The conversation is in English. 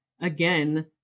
again